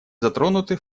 затронуты